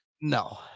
No